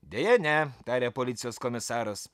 deja ne tarė policijos komisaras